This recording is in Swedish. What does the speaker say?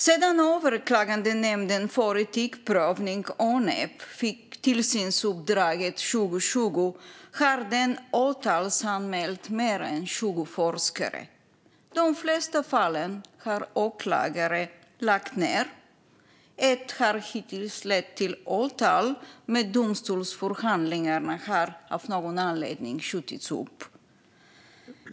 Sedan Överklagandenämnden för etikprövning, Önep, fick tillsynsuppdraget 2020 har den åtalsanmält mer än 20 forskare. De flesta fallen har åklagare lagt ned. Ett har hittills lett till åtal, men domstolsförhandlingarna har av någon anledning skjutits upp.